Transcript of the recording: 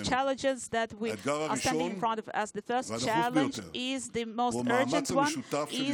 האתגר הראשון והדחוף ביותר הוא המאמץ המשותף של